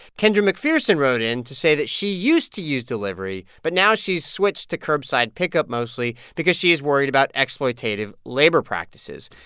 kendra mcpherson wrote in to say that she used to use delivery, but now she's switched to curbside pickup mostly because she is worried about exploitative labor practices.